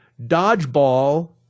dodgeball